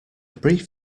brief